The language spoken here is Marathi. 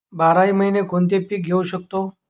बाराही महिने कोणते पीक घेवू शकतो?